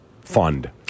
fund